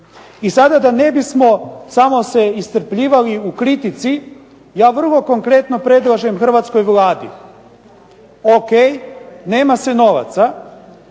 I sada da ne bismo samo se iscrpljivali u kritici, ja vrlo konkretno predlažem hrvatskoj Vladi, ok nema se novaca,